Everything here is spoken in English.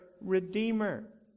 redeemer